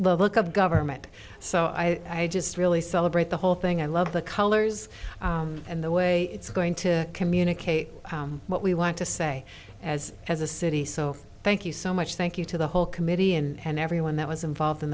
look of government so i just really celebrate the whole thing i love the colors and the way it's going to communicate what we want to say as as a city so thank you so much thank you to the whole committee and everyone that was involved in